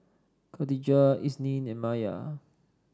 Katijah Isnin and Maya